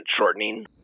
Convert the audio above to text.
shortening